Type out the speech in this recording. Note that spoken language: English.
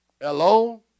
Hello